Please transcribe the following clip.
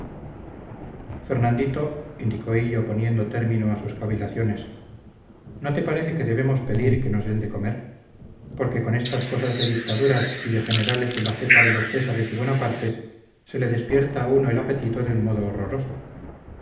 fernandito indicó hillo poniendo término a sus cavilaciones no te parece que debemos pedir que nos den de comer porque con estas cosas de dictaduras y de generales de la cepa de los césares y bonapartes se le despierta a uno el apetito de un modo horroroso